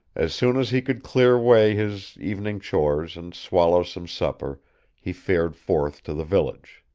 as soon as he could clear away his evening chores and swallow some supper he fared forth to the village.